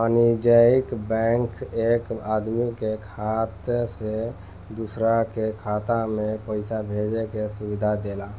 वाणिज्यिक बैंक एक आदमी के खाता से दूसरा के खाता में पईसा भेजे के सुविधा देला